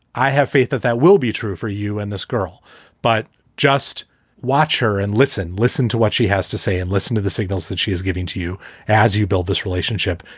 i have faith that that will be true for you and this girl but just watch her and listen. listen to what she has to say and listen to the signals that she is giving to you as you build this relationship.